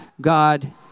God